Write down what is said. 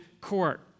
court